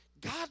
God